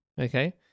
Okay